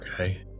Okay